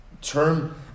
term